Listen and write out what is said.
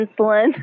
insulin